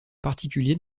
particulier